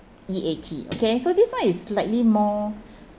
E A T okay so this [one] is slightly more